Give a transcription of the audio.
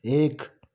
एक